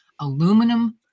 aluminum